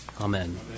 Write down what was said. Amen